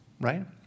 right